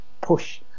push